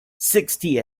sixty